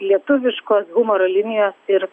lietuviškos humoro linijos ir